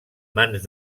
mans